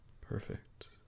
Perfect